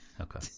Okay